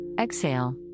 Exhale